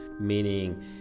Meaning